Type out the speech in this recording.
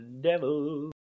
devil